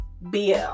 BL